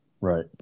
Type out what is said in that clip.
Right